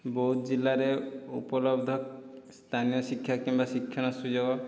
ବୌଦ୍ଧ ଜିଲ୍ଲାରେ ଉପଲବ୍ଧ ସ୍ଥାନୀୟ ଶିକ୍ଷା କିମ୍ବା ଶିକ୍ଷଣ ସୁଯୋଗ